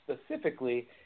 specifically